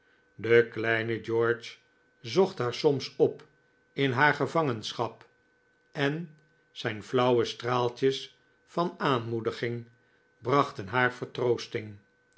de kleine george zocht haar soms op in haar gevangenschap en zijn flauwe straaltjes van aanmoediging brachten haar